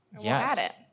Yes